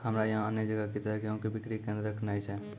हमरा यहाँ अन्य जगह की तरह गेहूँ के बिक्री केन्द्रऽक नैय छैय?